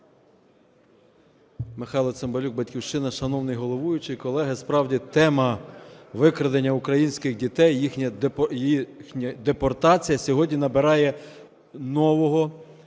Михайло Цимбалюк, "Батьківщина". Шановний головуючий, колеги, справді, тема викрадення українських дітей і їхня депортація сьогодні набирає нового масштабу,